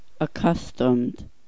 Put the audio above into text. accustomed